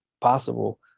possible